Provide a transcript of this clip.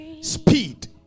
speed